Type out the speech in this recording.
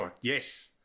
Yes